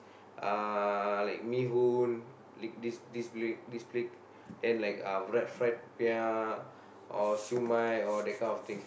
uh like mee-hoon like this this plate this plate then like uh fried popiah or siew-mai all that kind of thing